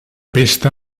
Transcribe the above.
pesta